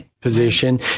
position